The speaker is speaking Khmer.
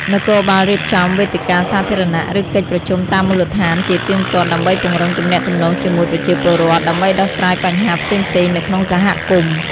នគរបាលរៀបចំ វេទិកាសាធារណៈ ឬកិច្ចប្រជុំតាមមូលដ្ឋានជាទៀងទាត់ ដើម្បីពង្រឹងទំនាក់ទំនងជាមួយប្រជាពលរដ្ឋ ដើម្បីដោះស្រាយបញ្ហាផ្សេងៗនៅក្នុងសហគមន៍។